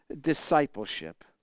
discipleship